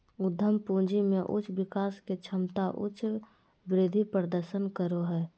उद्यम पूंजी में उच्च विकास के क्षमता उच्च वृद्धि प्रदर्शन करो हइ